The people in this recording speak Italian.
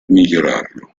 migliorarlo